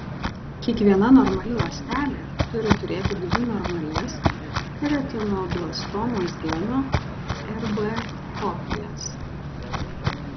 kiekviena normali ląstelė turi turėti dvi normalias retinoblastomos geno rb kopijas